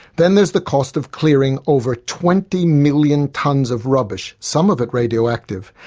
then there's the cost of clearing over twenty million tonnes of rubbish, some of it radioactive,